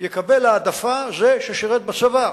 יקבל העדפה זה ששירת בצבא,